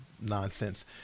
nonsense